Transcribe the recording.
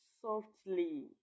softly